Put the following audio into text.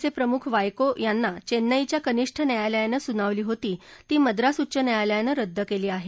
चे प्रमुख वायको यांना चेन्नईच्या कनिष्ठ न्यायालयानं सुनावली होती ती मद्रास उच्च न्यायालयानं रद्द केली आहे